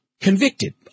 convicted